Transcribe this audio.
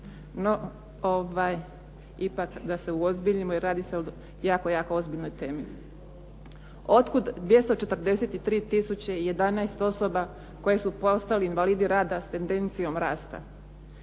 No, ipak da se uozbiljimo jer radi se o jako, jako ozbiljnoj temi. Otkud 243011 osoba koji su postali invalidi rada s tendencijom rasta.